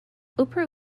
oprah